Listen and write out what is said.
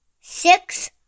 six